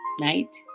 night